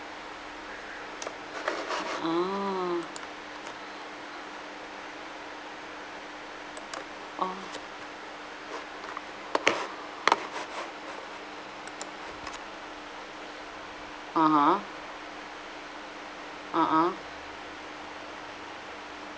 ah orh (uh huh) (uh huh)